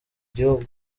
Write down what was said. gihugu